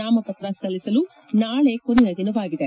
ನಾಮಪತ್ರ ಸಲ್ಲಿಸಲು ನಾಳೆ ಕೊನೆಯ ದಿನವಾಗಿದೆ